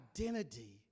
identity